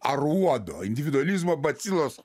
aruodo individualizmo bacilos